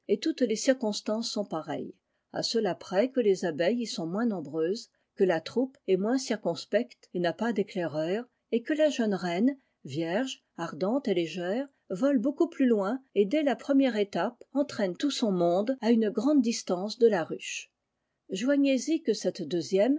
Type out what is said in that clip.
toutes les ci constances sont pareilles à cela près que les abeilles y sont moins nombreuses que la troupe est moins circonspecte et n'a pas d'éclaireurs et que la jeune reine vierge ardente et légère vole beaucoup plus loin et dès la première étape entraîne tout son monde à une grande distance de la ruche joignez-y que celte deuxième